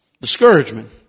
Discouragement